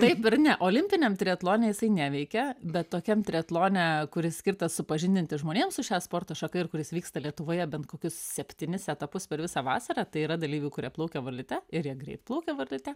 taip ir ne olimpiniam triatlone jisai neveikia bet tokiam triatlone kuris skirtas supažindinti žmonėms su šią sporto šaka ir kuris vyksta lietuvoje bent kokius septynis etapus per visą vasarą tai yra dalyvių kurie plaukia varlyte ir jie greit plaukia varlyte